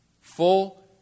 Full